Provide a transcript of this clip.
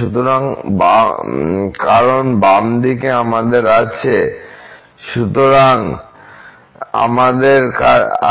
সুতরাং কারণ বাম দিকে আমাদের আছে সুতরাং আমাদের